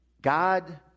God